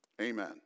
Amen